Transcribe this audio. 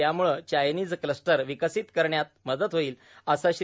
त्यामुळे Chinese cluster विकसीत करण्यात मदत होईल असे श्री